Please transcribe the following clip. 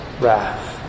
wrath